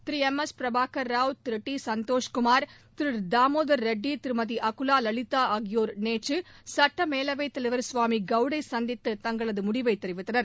திரு M S Prabhakara Rao திரு T Santoshkumar திரு தாமோதர் ரெட்டி திருமதி அகுவா லலிதா ஆகியோர் நேற்று சட்ட மேலவை தகலவர் திரு கவாமி கவுடேவை சந்தித்து தங்களது முடிவை தெரிவித்தன்